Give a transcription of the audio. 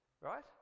right